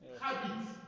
Habits